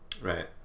Right